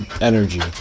Energy